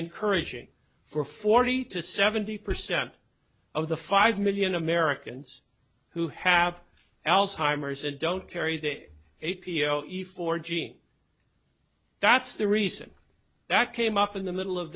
encouraging for forty to seventy percent of the five million americans who have alzheimer's and don't carry that a p o efore gene that's the reason that came up in the middle of